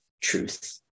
truth